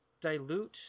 dilute